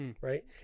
Right